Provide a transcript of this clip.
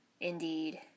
Indeed